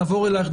נעבור אלייך,